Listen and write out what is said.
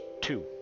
two